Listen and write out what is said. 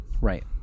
Right